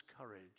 courage